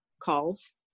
calls